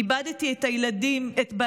איבדתי את בעלי,